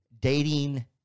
dating